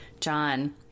John